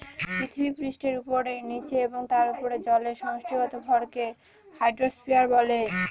পৃথিবীপৃষ্ঠের উপরে, নীচে এবং তার উপরে জলের সমষ্টিগত ভরকে হাইড্রোস্ফিয়ার বলে